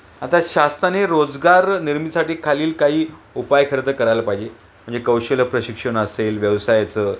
आता शासनाने रोजगार निर्मितीसाठी खाली काही उपाय खरंच करायला पाहिजे म्हणजे कौशल्य प्रशिक्षण असेल व्यवसायाचं